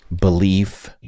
belief